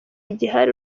gihari